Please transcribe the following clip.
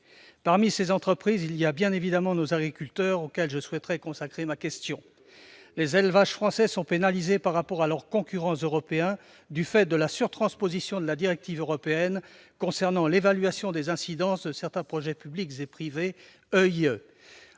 Parmi ces entreprises, il y a bien évidemment les entreprises agricoles, auxquelles je souhaite consacrer ma question. Les élevages français sont pénalisés par rapport à leurs concurrents européens du fait de la surtransposition de la directive européenne sur l'évaluation des incidences de certains projets publics et privés,